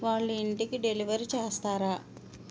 వాళ్ళు ఇంటికి డెలివర్ చేస్తారా